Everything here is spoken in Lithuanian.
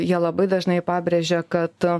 jie labai dažnai pabrėžia kad